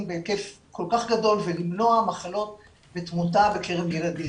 בהיקף כל כך גדול ולמנוע מחלות ותמותה בקרב ילדים.